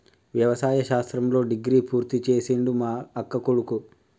వ్యవసాయ శాస్త్రంలో డిగ్రీ పూర్తి చేసిండు మా అక్కకొడుకు